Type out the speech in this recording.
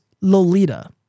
Lolita